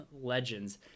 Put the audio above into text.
Legends